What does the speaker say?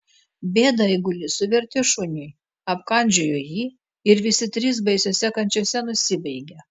bėdą eigulys suvertė šuniui apkandžiojo jį ir visi trys baisiose kančiose nusibaigė